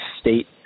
state